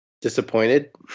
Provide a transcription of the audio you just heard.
disappointed